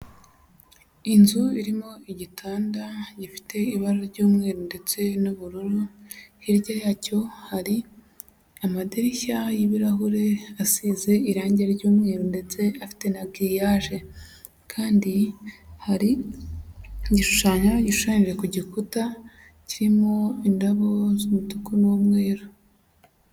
Inzu irimo igitanda gifite ibara ry'umweru ndetse n'ubururu, hirya yacyo hari amadirishya y'ibirahure asize irange ry'umweru ndetse afite na giriyaje, kandi hari igishushanyo gishushanyije ku gikuta kirimo indabo z'umutuku n'umweru.